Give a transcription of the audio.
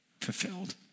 fulfilled